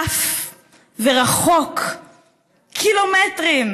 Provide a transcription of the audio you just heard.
חף ורחוק קילומטרים,